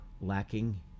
lacking